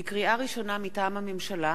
לקריאה ראשונה, מטעם הממשלה: